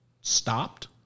stopped